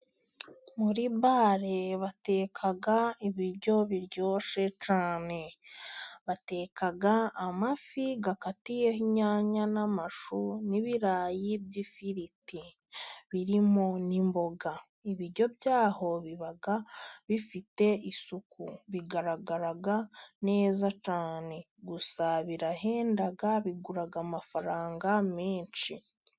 Muri bare bateka ibiryo biryoshye cyane, bateka amafi akatiyeho inyanya, n'amashu ,n'ibirayi by'ifiriti birimo n'imboga, ibiryo by'aho biba bifite isuku, bigaragara neza cyane, gusa birahenda bigura amafaranga menshi.